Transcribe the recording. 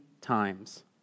times